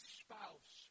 spouse